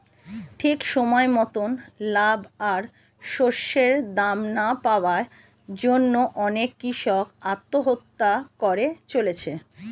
ঠিক সময় মতন লাভ আর শস্যের দাম না পাওয়ার জন্যে অনেক কূষক আত্মহত্যা করে চলেছে